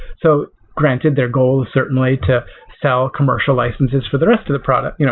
so granted their goal is certainly to sell commercial licenses for the rest of the product. you know